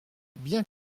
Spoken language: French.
bien